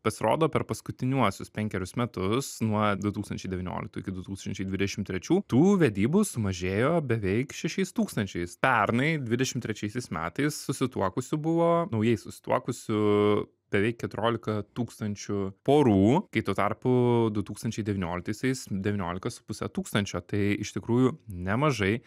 pasirodo per paskutiniuosius penkerius metus nuo du tūkstančiai devynioliktų iki du tūkstančiai dvidešim trečių tų vedybų sumažėjo beveik šešiais tūkstančiais pernai dvidešimt trečiaisiais metais susituokusių buvo naujai susituokusių beveik keturiolika tūkstančių porų kai tuo tarpu du tūkstančiai devynioliktaisiais devyniolika su puse tūkstančio tai iš tikrųjų nemažai